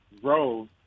grows